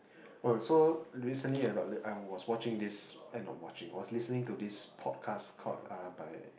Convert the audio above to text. okay so recently I got I was watching this eh not watching I was listening to this podcast called Lullaby